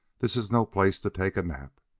this is no place to take a nap.